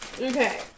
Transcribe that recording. okay